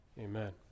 Amen